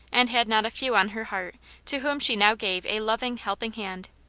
and had not a few on her heart to whom she now gave a loving, helping hand.